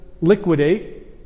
liquidate